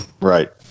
Right